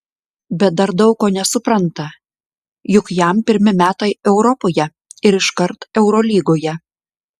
bet dar daug ko nesupranta juk jam pirmi metai europoje ir iškart eurolygoje